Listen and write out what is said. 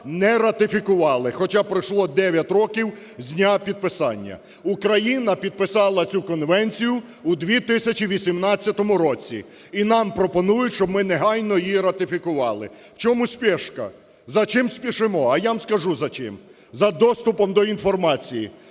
не ратифікували, хоча пройшло 9 років з дня підписання. Україна підписала цю конвенцію у 2018 році, і нам пропонують, щоб ми негайно її ратифікували. В чому спєшка, за чим спішимо? А я вам скажу, за чим, – за доступом до інформації,